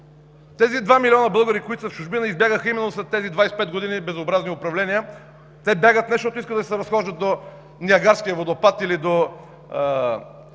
Тези два милиона българи, които са в чужбина, избягаха именно след тези 25 години безобразни управления. Те бягат не защото искат да се разхождат до Ниагарския водопад или до